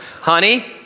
honey